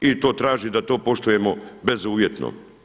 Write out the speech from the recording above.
I to traži da to poštujemo bezuvjetno.